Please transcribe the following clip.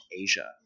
Asia